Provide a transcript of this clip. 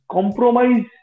Compromise